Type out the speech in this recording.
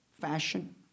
fashion